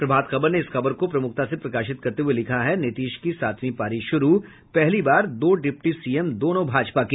प्रभात खबर ने इस खबर को प्रमुखता से प्रकाशित करते हुए लिखा है नीतीश की सातवीं पारी शुरू पहली बार दो डिप्टी सीएम दोनों भाजपा के